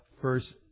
first